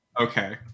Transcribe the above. Okay